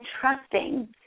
trusting